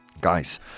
Guys